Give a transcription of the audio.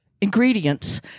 ingredients